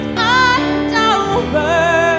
October